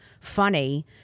funny